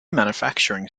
manufacturing